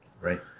Right